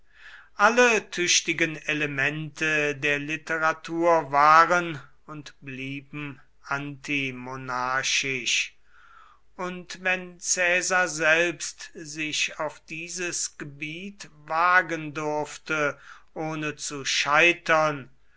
alle tüchtigen elemente der literatur waren und blieben antimonarchisch und wenn caesar selbst sich auf dieses gebiet wagen durfte ohne zu scheitern